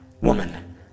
woman